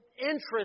interest